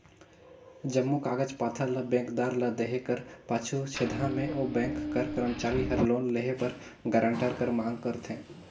जम्मो कागज पाथर ल बेंकदार ल देहे कर पाछू छेदहा में ओ बेंक कर करमचारी हर लोन लेहे बर गारंटर कर मांग करथे